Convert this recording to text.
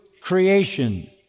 creation